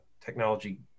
technology